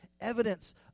evidence